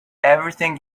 everything